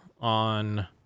on